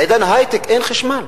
בעידן ההיי-טק אין חשמל.